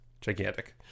gigantic